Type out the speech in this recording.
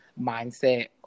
mindset